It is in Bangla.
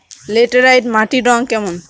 ল্যাটেরাইট মাটির রং কেমন?